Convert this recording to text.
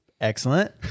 Excellent